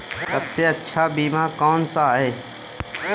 सबसे अच्छा बीमा कौनसा है?